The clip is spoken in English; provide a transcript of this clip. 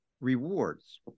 rewards